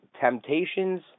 Temptations